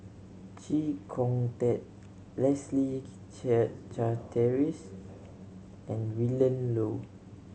Chee Kong Tet Leslie Charteris and Willin Low